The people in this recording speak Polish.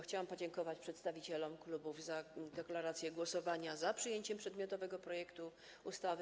Chciałam podziękować przedstawicielom klubów za deklaracje głosowania za przyjęciem przedmiotowego projektu ustawy.